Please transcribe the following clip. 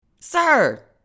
Sir